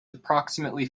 approximately